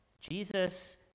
Jesus